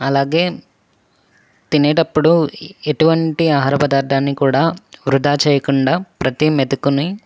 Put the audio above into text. అలాగే తినేటప్పుడు ఎటువంటి ఆహారపదార్థాన్ని కూడా వృథా చేయకుండా ప్రతీ మెతుకుని